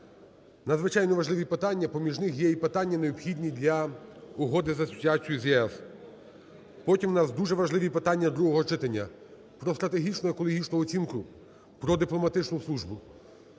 надзвичайно важливі питання, поміж них є і питання, необхідні для Угоди про асоціацію з ЄС. Потім у нас дуже важливі питання другого читання: про стратегічну екологічну оцінку, про дипломатичну службу.